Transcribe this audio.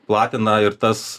platina ir tas